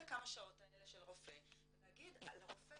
הכמה שעות האלה של רופא ולהגיד לרופא,